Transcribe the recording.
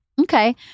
okay